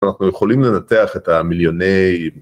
אנחנו יכולים לנתח את המיליוני...